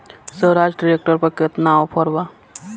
Swaraj tractor पर केतना offer बा?